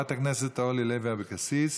חברת הכנסת אורלי לוי אבקסיס,